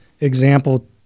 example